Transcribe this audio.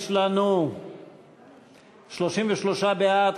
יש לנו 33 בעד,